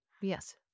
Yes